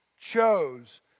chose